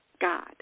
God